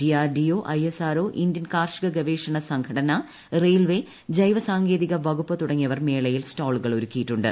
DRDO ISRO Indian കാർഷിക ഗവേഷണ സംഘടന റെയിൽവെ ജൈവ സാങ്കേതിക വകുപ്പ് തുടങ്ങിയ മേളയിൽ സ്റ്റാളുകൾ ഒരുക്കിയിട്ടുണ്ട്